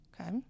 okay